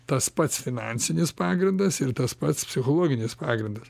tas pats finansinis pagrindas ir tas pats psichologinis pagrindas